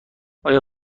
آیا